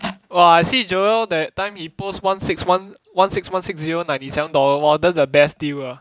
!wah! I see joel that time he post one six one one six one six zero ninety seven dollar !wah! that one the best deal ah